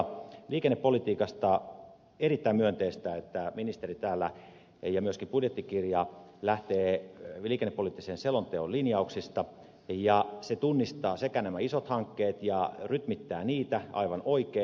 liikennepolitiikassa on erittäin myönteistä että ministeri ja myöskin budjettikirja lähtee liikennepoliittisen selonteon linjauksista ja se tunnistaa nämä isot hankkeet ja rytmittää niitä aivan oikein